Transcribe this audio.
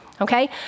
okay